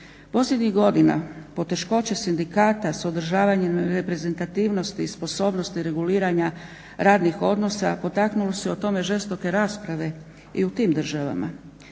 Posljednjih godina poteškoće sindikata s održavanjem reprezentativnosti i sposobnosti reguliranja radnih odnosa potaknuli su o tome žestoke rasprave i u tim državama.